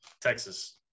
Texas